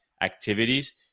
activities